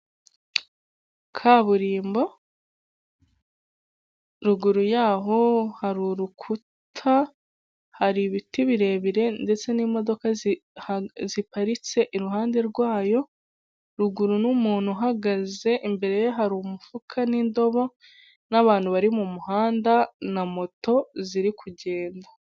Kaburimbo ruguru yaho hari urukuta, hari ibiti birebire ndetse n'imodoka ziparitse iruhande rwayo ruguru n'umuntu uhagaze imbere ye hari umufuka n'indobo n'abantu bari mu muhanda na moto ziri kugenda.